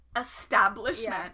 establishment